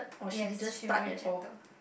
yes she rejected